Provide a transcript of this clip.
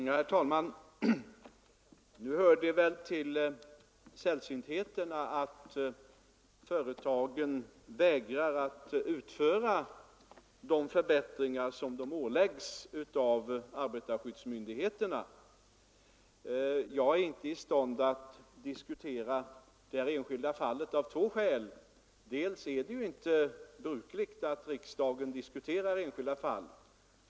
Herr talman! Nu hör det väl till sällsyntheterna att företagen vägrar att utföra de förbättringar som de åläggs av arbetarskyddsmyndigheterna. Jag är emellertid av två skäl inte i stånd att diskutera dessa enskilda fall. För det första är det inte brukligt att riksdagen diskuterar enskilda fall.